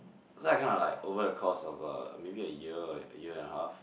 so I kinda like over the course of a maybe a year a year and a half